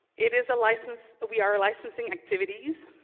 it is a license we are licensing activities